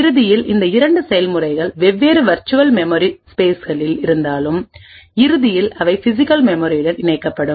இறுதியில் இந்த இரண்டு செயல்முறைகள் வெவ்வேறு வேர்ச்சுவல் மெமரி ஸ்பேஸ்களில் இருந்தாலும் இறுதியில் அவை பிசிகல்மெமரியுடன் இணைக்கப்படும்